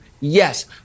Yes